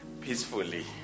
peacefully